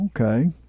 Okay